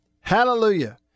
Hallelujah